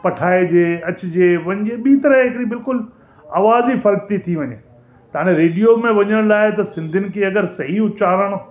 पठाए जे अचिजे वञ ॿी तरह हिकिड़ी बिल्कुलु आवाज ई फ़र्क थी थी वञे तव्हांजे रेडियो में वञण लाइ त सिंधियुनि खे अगरि सही उच्चारण